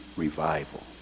revival